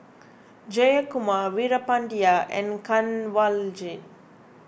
Jayakumar Veerapandiya and Kanwaljit